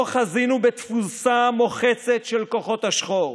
לא חזינו בתבוסה מוחצת של כוחות השחור.